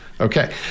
okay